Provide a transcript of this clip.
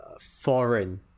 Foreign